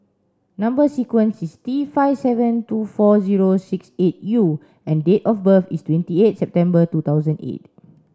number sequence is T five seven two four zero six eight U and date of birth is twenty eight September two thousand eight